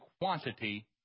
quantity